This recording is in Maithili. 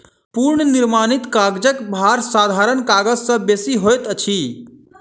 पुनःनिर्मित कागजक भार साधारण कागज से बेसी होइत अछि